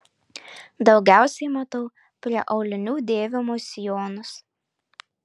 daugiausiai matau prie aulinių dėvimus sijonus